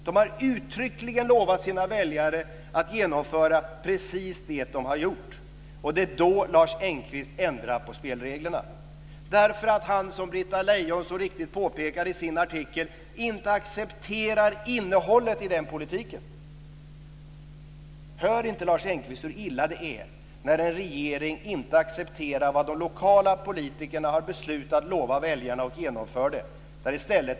De har uttryckligen lovat sina väljare att genomföra precis det som de har gjort - och det är då Lars Engqvist ändrar på spelreglerna. Som Britta Lejon så riktigt påpekar i sin artikel accepterar han nämligen inte innehållet i den politiken. Hör inte Lars Engqvist hur illa det är när en regering inte accepterar vad de lokala politikerna har beslutat lova väljarna och också genomför det?